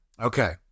okay